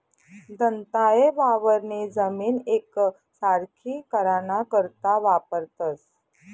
दंताये वावरनी जमीन येकसारखी कराना करता वापरतंस